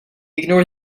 ignore